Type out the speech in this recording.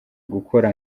gukora